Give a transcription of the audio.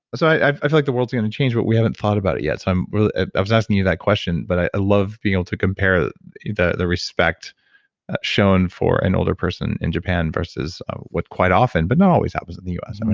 so, i feel like the world's going to change, but we haven't thought about it yet, so i was asking you that question, but i love being able to compare the the respect shown for an older person in japan versus what quite often, but not always, happens in the u s. i mean,